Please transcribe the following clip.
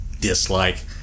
dislike